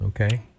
Okay